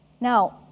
Now